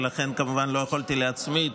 ולכן, כמובן, לא יכולתי להצמיד,